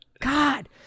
God